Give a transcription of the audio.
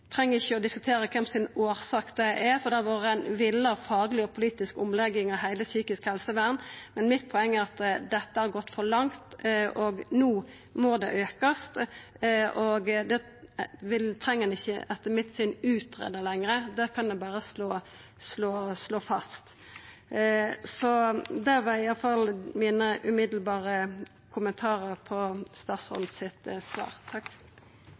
treng ikkje å diskutera kven sin skuld dette er, for det har vore ei villa fagleg og politisk omlegging av heile psykisk helsevern, men mitt poeng er at dette har gått for langt, og no må det aukast. Dette treng ein etter mitt syn ikkje lenger utgreia, dette kan ein berre slå fast. Dette var mine umiddelbare kommentarar til statsråden sitt svar.